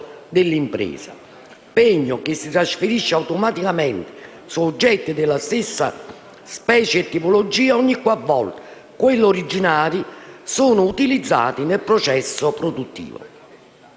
dell'impresa. Pegno che si trasferisce automaticamente su oggetti della stessa specie e tipologia, ogni qual volta quelli originari sono utilizzati nel processo produttivo.